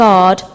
God